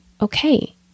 okay